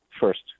first